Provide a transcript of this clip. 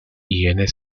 inc